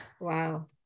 Wow